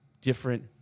different